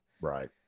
Right